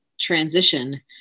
transition